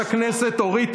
לכן אני אודה להתייחסות שלך.